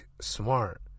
smart